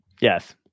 Yes